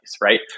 right